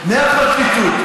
מהפרקליטות,